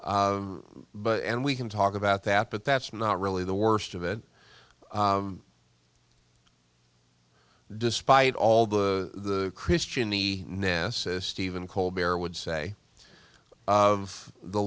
it but and we can talk about that but that's not really the worst of it despite all the christian the nesse stephen colbert would say of the